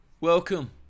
welcome